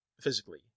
Physically